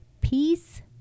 peace